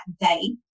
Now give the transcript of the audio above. day